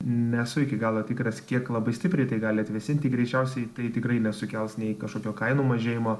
nesu iki galo tikras kiek labai stipriai tai gali atvėsinti greičiausiai tai tikrai nesukels nei kažkokio kainų mažėjimo